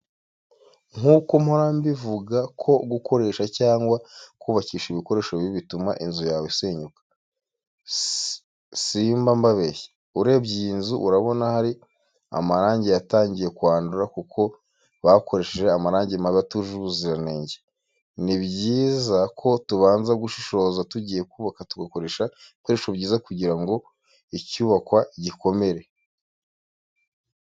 Nk'uko mpora mbivuga ko gukoresha cyangwa kubakisha ibikoresho bibi bituma inzu yawe isenyuka, simba mbabeshya. Urebye iyi nzu, urabona hari amarangi yatangiye kwandura kuko bakoresheje amarangi mabi atujuje ubuziranenge. Ni byiza ko tubanza gushishoza tugiye kubaka tugakoresha ibikoresho byiza kugira ngo icyubakwa gikomere.